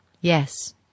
Yes